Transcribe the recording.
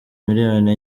miliyoni